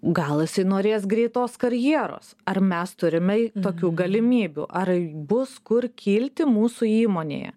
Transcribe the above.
gal jisai norės greitos karjeros ar mes turime tokių galimybių ar bus kur kilti mūsų įmonėje